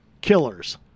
killers